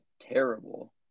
terrible